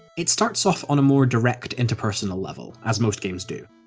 it starts off on a more direct, interpersonal level, as most games do,